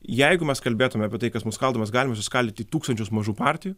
jeigu mes kalbėtume apie tai kas mus skaldo mes galim suskaldyti į tūkstančius mažų partijų